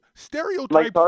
Stereotypes